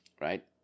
right